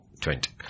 twenty